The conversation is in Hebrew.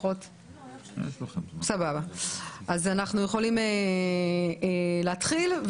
אז אנחנו יכולים להתחיל.